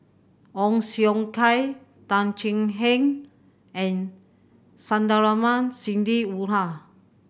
Ong Siong Kai Tan Thuan Heng and Sandrasegaran Sidney Woodhull